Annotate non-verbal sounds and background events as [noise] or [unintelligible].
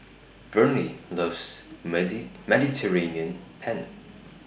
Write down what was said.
Verne loves [unintelligible] Mediterranean Penne